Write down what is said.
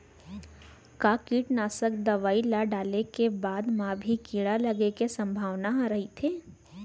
का कीटनाशक दवई ल डाले के बाद म भी कीड़ा लगे के संभावना ह रइथे?